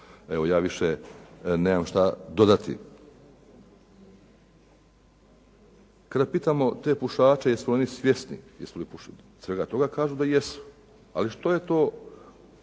evo ja više nemam šta dodati. Kada pitamo te pušače jesu li oni svjesni svega toga, kaže da jesu. Ali što je to